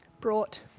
Brought